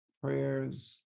prayers